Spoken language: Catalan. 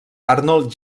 arnold